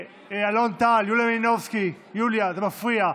אלון טל, יוליה מלינובסקי, יוליה, זה מפריע.